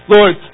Lord